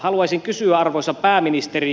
haluaisin kysyä arvoisa pääministeri